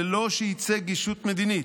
ללא שייצג ישות מדינית,